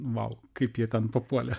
vau kaip jie ten papuolė